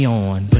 on